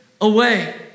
away